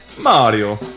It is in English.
Mario